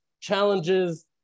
challenges